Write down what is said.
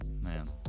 Man